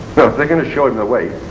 if they're going to show him the way,